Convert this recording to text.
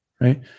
right